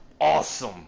awesome